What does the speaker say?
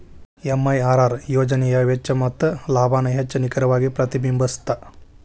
MIRR ಯೋಜನೆಯ ವೆಚ್ಚ ಮತ್ತ ಲಾಭಾನ ಹೆಚ್ಚ್ ನಿಖರವಾಗಿ ಪ್ರತಿಬಿಂಬಸ್ತ